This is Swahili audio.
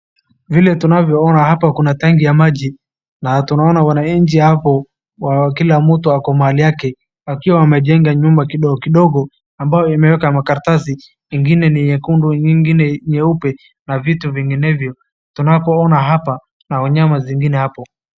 Vile tunavyoona hapa kuna tangi ya maji, na tunaona wananchi hapo, kila mtu ako mahali yake akiwa amejenga nyumba kidogokidogo ambayo imewekwa makaratasi, ingine ni nyekundu, ingine nyeupe na vitu vinginevyo, tunapoona hapa na wanyama zingine hapo.